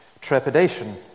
trepidation